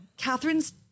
Catherine's